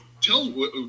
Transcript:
tell